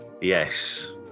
Yes